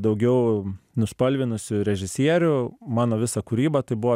daugiau nuspalvinusių režisierių mano visą kūrybą tai buvo